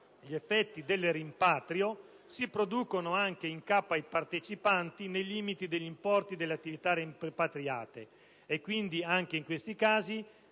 gli effetti del rimpatrio si producono anche in capo ai partecipanti, nei limiti degli importi delle attività rimpatriate, e quindi, anche in questi casi,